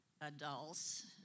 adults